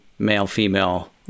male-female